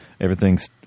Everything's